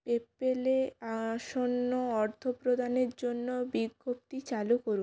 পেপেলে আসন্ন অর্থপ্রদানের জন্য বিজ্ঞপ্তি চালু করুন